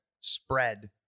spread